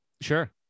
Sure